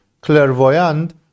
clairvoyant